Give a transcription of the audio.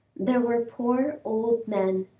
there were poor old men,